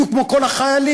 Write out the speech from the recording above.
בדיוק כמו כל החיילים.